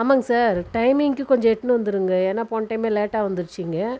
ஆமாங்கள் sir டைமிங்க்கு கொஞ்சம் எடுத்துனு வந்துருங்க ஏன்னால் போன டைமே லேட்டாக வந்துருச்சுங்க